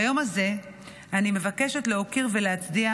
ביום הזה אני מבקשת להוקיר ולהצדיע